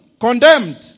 condemned